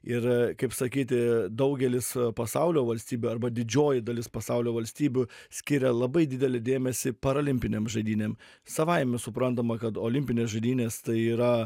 ir kaip sakyti daugelis pasaulio valstybių arba didžioji dalis pasaulio valstybių skiria labai didelį dėmesį parolimpinėm žaidynėm savaime suprantama kad olimpinės žaidynės tai yra